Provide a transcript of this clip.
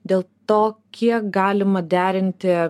dėl to kiek galima derinti